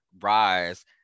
rise